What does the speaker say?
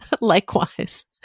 Likewise